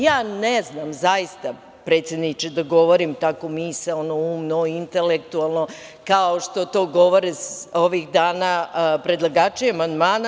Ja ne znam zaista predsedniče da govorim tako misaono, umno, intelektualno, kao što govore ovih dana predlagači amandmana.